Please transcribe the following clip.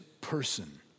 person